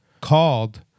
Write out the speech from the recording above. called